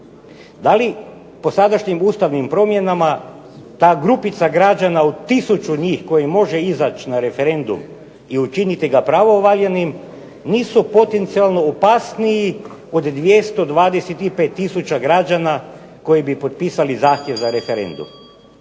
Da li po sadašnjim ustavnim promjenama ta grupica građana od tisuću njih koji može izaći na referendum i učiniti ga pravovaljanim nisu potencijalno opasniji od 225 tisuća građana koji bi potpisali zahtjev za referendum.